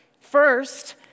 First